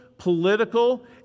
political